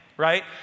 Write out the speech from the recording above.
right